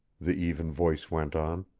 the even voice went on.